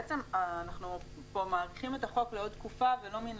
בעצם אנחנו פה מאריכים את החוק לעוד תקופה ולא מן